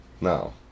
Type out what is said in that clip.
No